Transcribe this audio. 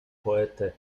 poetę